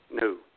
No